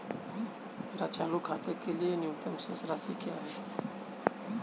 मेरे चालू खाते के लिए न्यूनतम शेष राशि क्या है?